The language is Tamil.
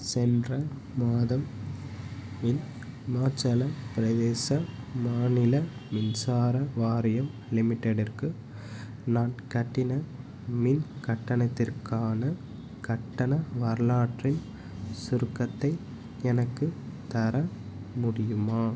சென்ற மாதம் இல் இமாச்சலப் பிரதேச மாநில மின்சார வாரியம் லிமிட்டெடிற்கு நான் கட்டின மின் கட்டணத்திற்கான கட்டண வரலாற்றின் சுருக்கத்தை எனக்குத் தர முடியுமா